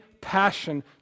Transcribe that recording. passion